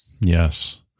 Yes